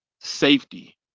safety